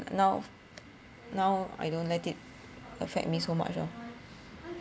now now I don't let it affect me so much lor